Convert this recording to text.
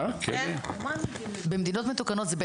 ככל שיעלו עניינים הנוגעים לקטינות וקטינים, שיש